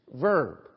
Verb